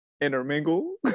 intermingle